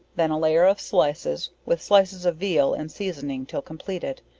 then a layer of slices with slices of veal and seasoning till compleated,